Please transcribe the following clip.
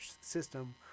system